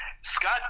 Scott